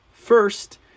First